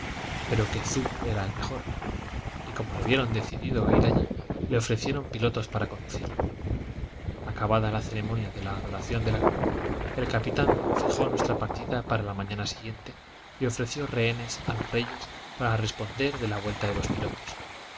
pero que zubu era el mejor y como le vieron decidido a ir allí le ofrecieron pilotos para conducirle acabada la ceremonia de la adoración de la cruz el capitán fijó nuestra partida para la mañana siguiente y ofreció rehenes a los reyes para responder de la vuelta de los pilotos